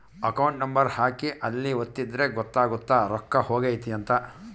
account number ಹಾಕಿ ಅಲ್ಲಿ ಒತ್ತಿದ್ರೆ ಗೊತ್ತಾಗುತ್ತ ರೊಕ್ಕ ಹೊಗೈತ ಅಂತ